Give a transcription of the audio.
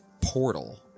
portal